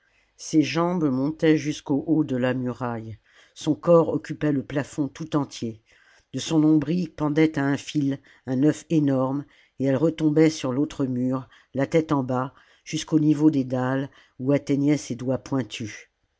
ses jambes montaient jusqu'au haut de la muraille son corps occupait le plafond tout entier de son nombril pendait à un fil un œuf énorme et elle retombait sur l'autre mur la tête salammbo j en bas jusqu'au niveau des dalles où atteignaient ses doigts pointus